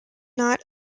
not